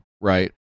right